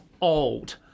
old